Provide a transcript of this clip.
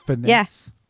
Yes